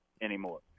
anymore